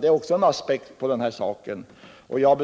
Det är också en aspekt på denna fråga. Jag